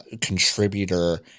contributor